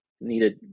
needed